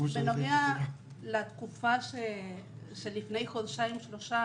בנוגע לתקופה של לפני חודשיים שלושה,